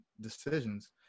decisions